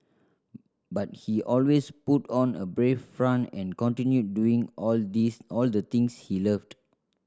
but he always put on a brave front and continued doing all these all the things he loved